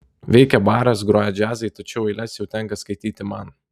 veikia baras groja džiazai tačiau eiles jau tenka skaityti man